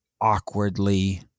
awkwardly